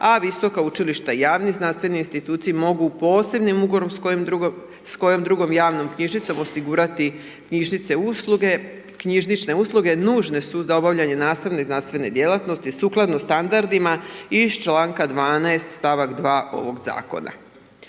a visoka učilišta i javni znanstveni instituti mogu posebnim ugovorom s kojom drugom javnom knjižnicom osigurati knjižnične usluge. Knjižnične usluge nužne su za obavljanje nastavne i znanstvene djelatnosti sukladno standardima iz članka 12 stavak 2. ovog zakona.